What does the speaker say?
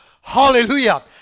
Hallelujah